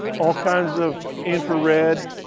all kinds of infrared